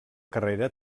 carrera